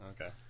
okay